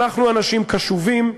אנחנו אנשים קשובים,